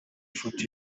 ifoto